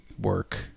work